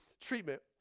treatment